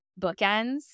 bookends